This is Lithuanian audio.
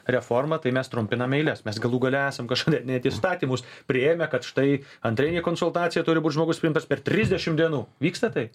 reformą tai mes trumpinam eiles mes galų gale esam kažkada net įstatymus priėmę kad štai antrinei konsultacijai turi būt žmogus priimtas per trisdešimt dienų vyksta taip